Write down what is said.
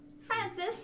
Francis